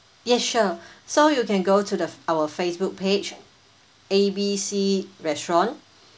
yes sure so you can go to the our Facebook page A B C restaurant